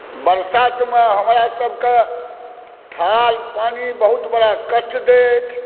बरसातमे हमरा सभके थाल पानि बहुत बड़ा कष्ट दै अछि